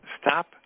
Stop